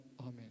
Amen